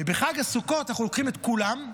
ובחג הסוכות אנחנו לוקחים את כולם,